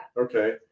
Okay